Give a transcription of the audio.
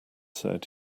said